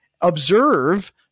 observe